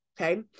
Okay